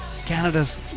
Canada's